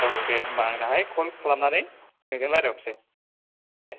औ दे होनबा आं दाहाय कल खालामनानै नोंजों रायलाय हरसै दे